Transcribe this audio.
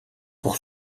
pour